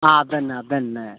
ആ അതുതന്നെ അതുതന്നെ